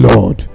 Lord